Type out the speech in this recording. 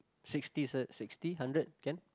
sixty s~ sixty hundred can